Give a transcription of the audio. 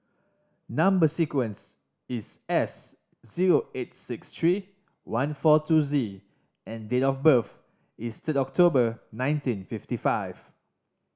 number sequence is S zero eight six three one four two Z and date of birth is third October nineteen fifty five